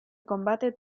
combate